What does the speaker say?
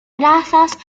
trazas